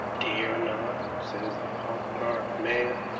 dare not? says the pock-marked man.